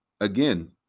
Again